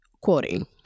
quoting